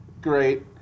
Great